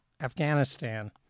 Afghanistan